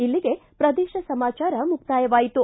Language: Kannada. ಇಲ್ಲಿಗೆ ಪ್ರದೇಶ ಸಮಾಚಾರ ಮುಕ್ತಾಯವಾಯಿತು